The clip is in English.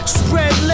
spread